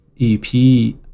EP